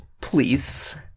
please